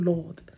Lord